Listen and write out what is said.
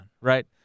right